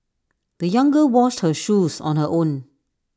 the young girl washed her shoes on her own